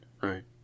right